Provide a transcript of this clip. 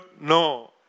No